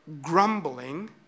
grumbling